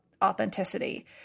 authenticity